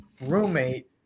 roommate